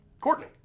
Courtney